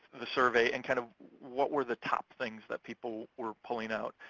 the survey and kind of what were the top things that people were pulling out.